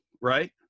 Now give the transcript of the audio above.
right